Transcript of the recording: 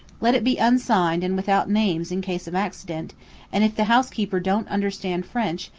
let it be unsigned and without names in case of accident and if the housekeeper don't understand french,